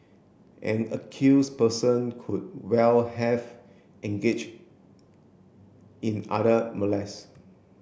an accuse person could well have engage in other molest